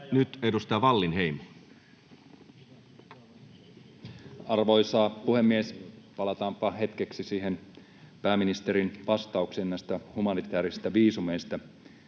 Nyt edustaja Wallinheimo. Arvoisa puhemies! Palataanpa hetkeksi pääministerin vastaukseen näistä humanitäärisistä viisumeista.